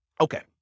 okay